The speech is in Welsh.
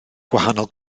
gwahanol